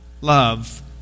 love